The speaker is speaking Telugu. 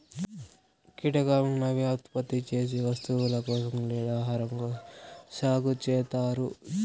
కీటకాలను అవి ఉత్పత్తి చేసే వస్తువుల కోసం లేదా ఆహారం కోసం సాగు చేత్తారు